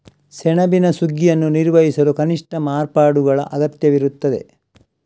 ಸೆಣಬಿನ ಸುಗ್ಗಿಯನ್ನು ನಿರ್ವಹಿಸಲು ಕನಿಷ್ಠ ಮಾರ್ಪಾಡುಗಳ ಅಗತ್ಯವಿರುತ್ತದೆ